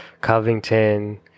Covington